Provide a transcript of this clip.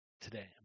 Today